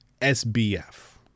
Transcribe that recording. SBF